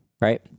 right